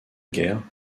guerre